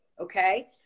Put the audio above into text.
Okay